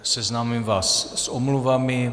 Seznámím vás s omluvami.